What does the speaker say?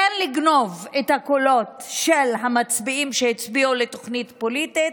כן לגנוב את הקולות של המצביעים שהצביעו לתוכנית פוליטית,